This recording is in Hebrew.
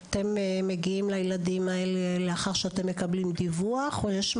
אתם מגיעים לילדים האלה לאחר שאתם מקבלים דיווח או שישנם